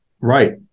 Right